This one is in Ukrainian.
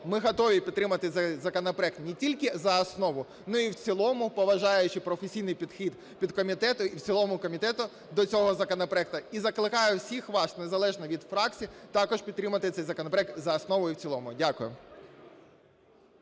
ми готові підтримати цей законопроект не тільки за основу, але і в цілому, поважаючи професійний підхід підкомітету і в цілому комітету до цього законопроекту. І закликаю всіх вас, незалежно від фракції, також підтримати цей законопроект за основу і в цілому. Дякую.